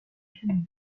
piano